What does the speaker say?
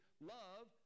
love